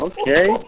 Okay